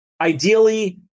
ideally